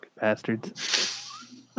bastards